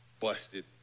busted